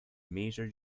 major